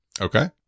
Okay